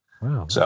Wow